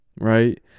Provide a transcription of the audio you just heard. right